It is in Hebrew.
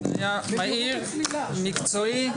זה היה מהיר ומקצועי.